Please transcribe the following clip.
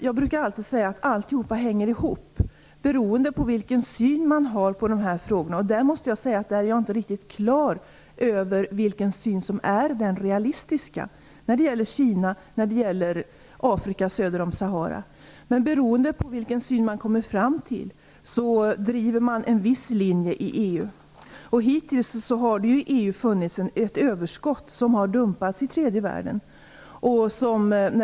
Jag brukar säga att allt hänger ihop, beroende på vilken syn man har i de här frågorna. Men jag måste säga att jag inte är riktigt klar över vilken syn som är realistisk när det gäller Kina och Afrika söder om Sahara. Beroende på vilken syn man kommer fram till drivs en viss linje i EU. Hittills har det i EU funnits ett överskott, vilket har dumpats i tredje världen.